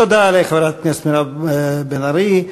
תודה לחברת הכנסת מירב בן ארי.